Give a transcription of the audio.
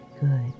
Good